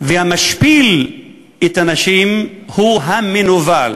והמשפיל את הנשים הוא המנוול.